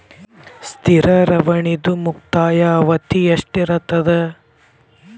ಸ್ಥಿರ ಠೇವಣಿದು ಮುಕ್ತಾಯ ಅವಧಿ ಎಷ್ಟಿರತದ?